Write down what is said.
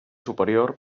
superior